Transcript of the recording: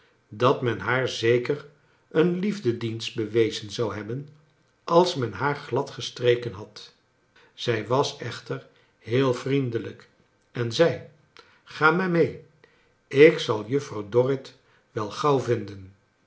dat men haar zeker een liefdedienstj bewezen zou hebben als men haar gladgestreken had zij was echter heel vriendelijk en zei ga maar mee ik zal juffrouw dorrit wel gauw vinden